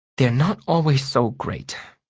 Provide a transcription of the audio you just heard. they're not always so great.